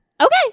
Okay